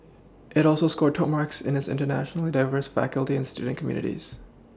it also scored top marks in its internationally diverse faculty and student communities